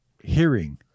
Hearing